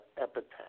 epitaph